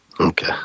Okay